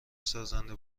سازنده